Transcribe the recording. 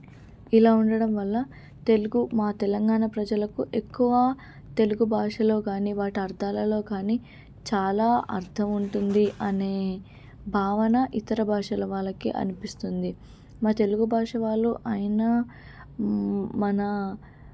ఇలా ఉండటం వల్ల తెలుగు మా తెలంగాణ ప్రజలకు ఎక్కువ తెలుగు భాషలో కానీ వాటి అర్థాలలో కానీ చాలా అర్థం ఉంటుంది అనే భావన ఇతర భాషల వాళ్ళకి అనిపిస్తుంది మా తెలుగు భాష వాళ్ళు అయినా మన